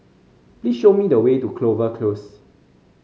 please show me the way to Clover Close